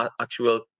actual